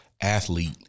athlete